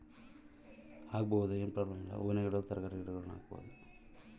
ನಾನು ಮನೆಯ ಮೇಲೆ ಟೆರೇಸ್ ಗಾರ್ಡೆನ್ ಮಾಡಿದ್ದೇನೆ, ಅಲ್ಲಿ ಹೂವಿನ ಗಿಡಗಳು, ತರಕಾರಿಯ ಗಿಡಗಳಿವೆ